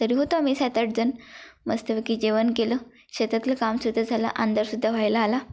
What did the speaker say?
तरी होतो आम्ही सात आठजण मस्तपैकी जेवण केलं शेतातलं कामसुद्धा झालं अंधारसुद्धा व्हायला आला